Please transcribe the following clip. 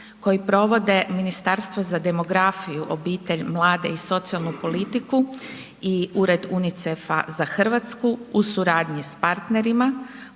koji provode Ministarstvo za demografiju, obitelj, mlade i socijalnu politiku i Ured UNICEF-a za Hrvatsku u suradnji sa partnerima,